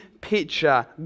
picture